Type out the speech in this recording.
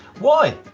why?